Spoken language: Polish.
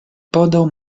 podał